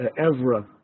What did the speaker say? Evra